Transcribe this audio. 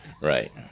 Right